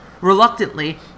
Reluctantly